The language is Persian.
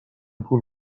پول